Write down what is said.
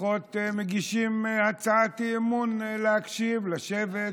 לפחות אם מגישים הצעת אי-אמון, להקשיב, לשבת.